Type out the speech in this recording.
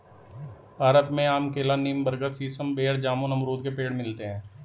भारत में आम केला नीम बरगद सीसम बेर जामुन अमरुद के पेड़ मिलते है